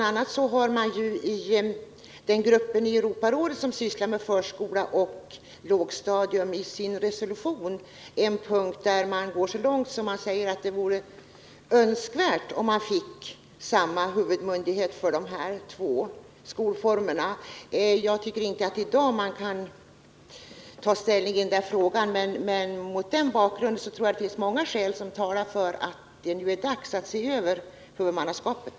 a. har den grupp i Europarådet som sysslar med förskola och lågstadium i sin resolution en punkt där man går så långt att man säger att det vore önskvärt att ha samma huvudman för de här två skolformerna. Jag tycker inte att man i dag kan ta ställning i denna fråga, men mot denna bakgrund tycker jag att det finns många skäl som talar för att det nu är dags att se över huvudmannaskapet.